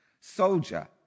Soldier